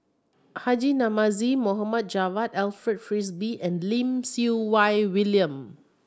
Haji Namazie Mohd Javad Alfred Frisby and Lim Siew Wai William